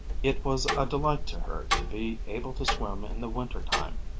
it was a delight to her to be able to swim in the winter-time,